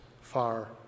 far